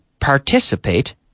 participate